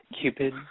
Cupid